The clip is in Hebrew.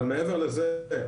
אבל מעבר לזה,